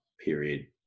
period